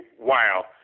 wow